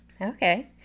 Okay